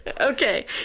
Okay